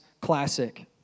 classic